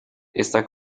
está